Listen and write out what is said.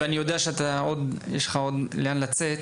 ואני יודע שיש לך עוד לאן לצאת,